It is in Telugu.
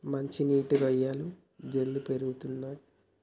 మంచి నీటి రొయ్యలు జల్దీ పెరుగుతయ్